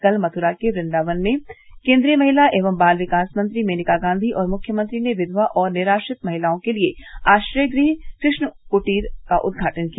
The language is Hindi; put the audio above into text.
कल मथुरा के वृदावन में केन्द्रीय महिला एवं बाल विकास मंत्री मेनका गांधी और मुख्यमंत्री ने विववा और निराश्रति महिलाओं के लिए आश्रय गृह कृष्ण कूटीर का उद्घाटन किया